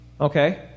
Okay